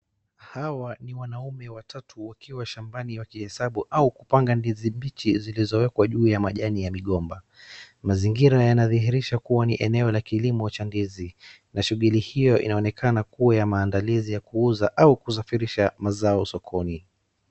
Hawa ni wanaume watatu wakiwa shambani wakihesabu au kupanga ndizi mbichi zilizowekwa juu ya majani ya migomba. Mazingira yanadhihirisha kuwa ni eneo la kilimo cha ndizi na shughuli hio inaonekana kuwa ya maandalizi ya kuuza au kusafirisha mazao sokoni.